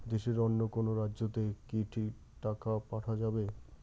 দেশের অন্য কোনো রাজ্য তে কি টাকা পাঠা যাবে?